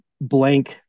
blank